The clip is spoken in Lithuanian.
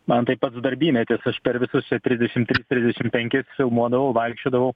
man tai pats darbymetis aš per visus čia trisdešim tris trisdešim penkis filmuodavau vaikščiodavau